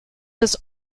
has